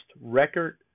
record